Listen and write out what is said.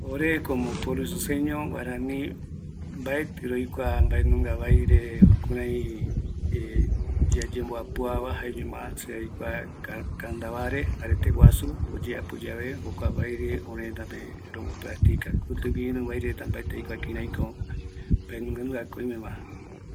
Ore como isoseño guarani, mbaeti roikua mbanunga baire, jaeñoma roikua kandavare, arete guasu oyeapo jokua vaire orereta pegua, kitigui iru vairereta mbaeti aikua, mbaenunga nungako oime va